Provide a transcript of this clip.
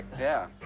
yeah.